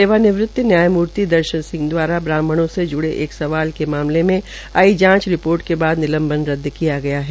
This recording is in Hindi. सेवा निवृत नयायमूर्ति दर्शनी सिंह द्वारा ब्रहामणों ज्ड़े एक सवाल के मामले में आई जांच रिपोर्ट के बाद निंलबन रद्द किया गया है